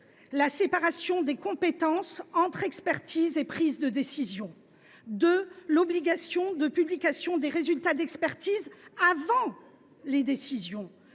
la séparation des compétences entre expertise et prise de décision, sur l’obligation de publication des résultats d’expertise avant les décisions,